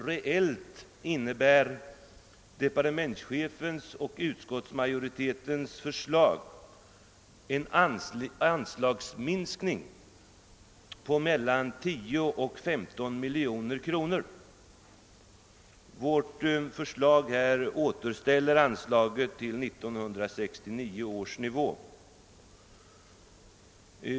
Reellt innebär departementschefens och utskottsmajoritetens förslag en anslagsminskning på mellan 10 och 15 miljoner kronor. Vi återställer i vårt förslag anslaget till 1969 års nivå.